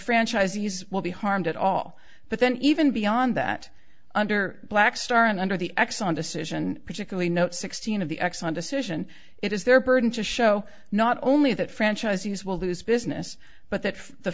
franchisees will be harmed at all but then even beyond that under blackstar and under the exxon decision particularly note sixteen of the exxon decision it is their burden to show not only that franchisees will lose business but that the